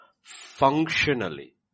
Functionally